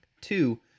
Two